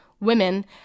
women